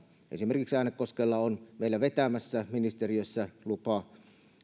esimerkiksi äänekoskella on meillä vetämässä ministeriössä lupa